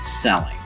selling